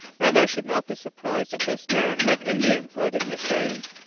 and i should not be surprised if this man had indian blood in his veins.